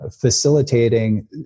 facilitating